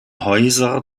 häuser